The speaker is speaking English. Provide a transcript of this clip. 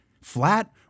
Flat